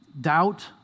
Doubt